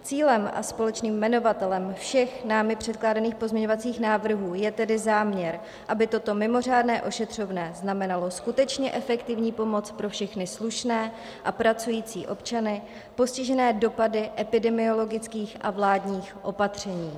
Cílem a společným jmenovatelem všech námi předkládaných pozměňovacích návrhů je tedy záměr, aby toto mimořádné ošetřovné znamenalo skutečně efektivní pomoc pro všechny slušné a pracující občany postižené dopady epidemiologických a vládních opatření.